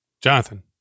Jonathan